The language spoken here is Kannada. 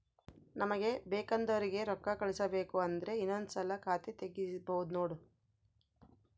ನಮಗೆ ಬೇಕೆಂದೋರಿಗೆ ರೋಕ್ಕಾ ಕಳಿಸಬೇಕು ಅಂದ್ರೆ ಇನ್ನೊಂದ್ಸಲ ಖಾತೆ ತಿಗಿಬಹ್ದ್ನೋಡು